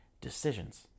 decisions